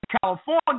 California